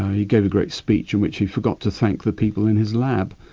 he gave a great speech in which he forgot to thank the people in his lab.